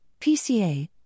PCA